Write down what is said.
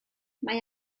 mae